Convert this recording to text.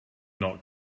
not